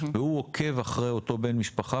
והוא עוקב אחרי אותו בן משפחה.